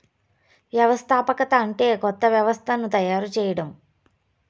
వ్యవస్థాపకత అంటే కొత్త వ్యవస్థను తయారు చేయడం